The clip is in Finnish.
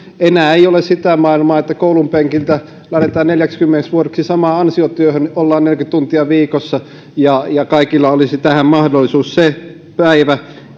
enää ei ole sitä maailmaa että koulunpenkiltä lähdetään neljäksikymmeneksi vuodeksi samaan ansiotyöhön ollaan neljäkymmentä tuntia viikossa ja ja kaikilla olisi tähän mahdollisuus se päivä